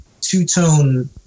two-tone